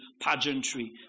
pageantry